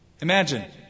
Imagine